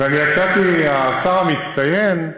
ואני יצאתי השר המצטיין,